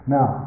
Now